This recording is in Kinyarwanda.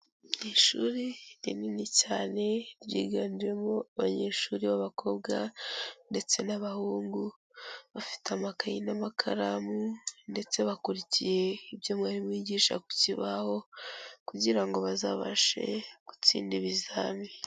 Ni ishuri rinini cyane ryiganjemo abanyeshuri b'abakobwa ndetse n'abahungu, bafite amakayi n'amakaramu ndetse bakurikiye ibyo mwarimu yigisha ku kibaho, kugira ngo bazabashe gutsinda ibizami.